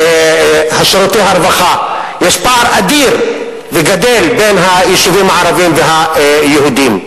בהנגשת שירותי הרווחה יש פער אדיר וגדל בין היישובים הערביים והיהודיים.